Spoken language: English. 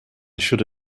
should